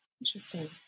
interesting